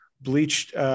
bleached